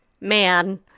man